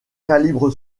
calibre